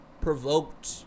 provoked